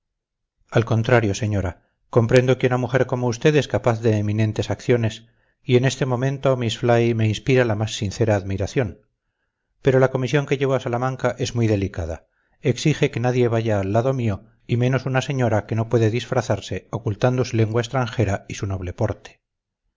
al contrario señora comprendo que una mujer como usted es capaz de eminentes acciones y en este momento miss fly me inspira la más sincera admiración pero la comisión que llevo a salamanca es muy delicada exige que nadie vaya al lado mío y menos una señora que no puede disfrazarse ocultando su lengua extranjera y noble porte